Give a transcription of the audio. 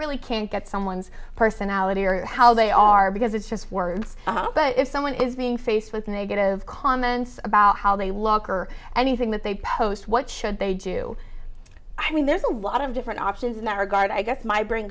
really can't get someone's personality or how they are because it's just words but if someone is being faced with a negative comments about how they look or anything that they post what should they do i mean there's a lot of different options in that regard i guess my brain